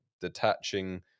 detaching